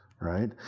right